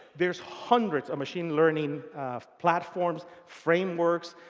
there's hundreds of machine learning pratt forms, frameworks,